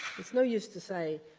it's no use to say,